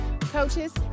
coaches